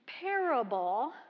Parable